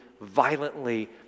violently